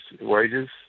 wages